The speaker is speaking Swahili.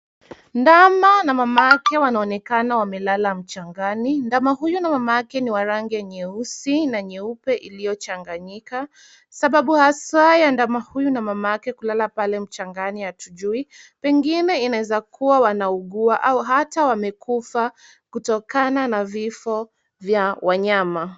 Ndama na mamake wanaonekana wamelala mchangani. Ndama huyu na mamake ni wa rangi ya nyeupe na nyeusi iliyochanganyika. Sababu haswa ya ndama huyu na mamake kulala pale mchangani hatujui. Pengine inaweza kuwa wanaugua au hata wamekufa kutokana na vifo vya wanyama.